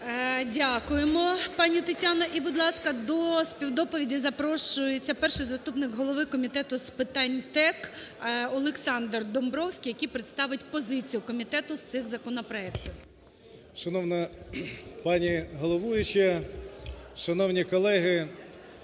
Дякуємо, пані Тетяна. І, будь ласка, до співдоповіді запрошується перший заступник голови Комітету з питань ТЕК Олександр Домбровський, який представить позицію комітету з цих законопроектів. 17:28:31 ДОМБРОВСЬКИЙ О.Г. Шановна пані головуюча! Шановні колеги!